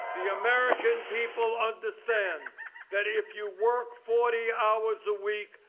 the american people understand that if you work forty hours a week,